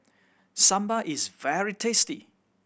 sambar is very tasty